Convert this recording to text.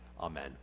Amen